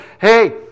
hey